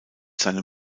seinem